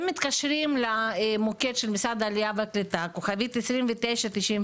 הם מתקשרים למוקד של משרד העלייה והקליטה כוכבית 2994,